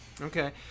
Okay